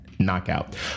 Knockout